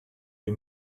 you